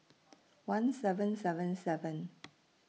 one seven seven seven